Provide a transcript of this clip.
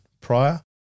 prior